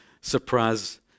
surprise